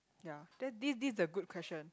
ya that this this a good question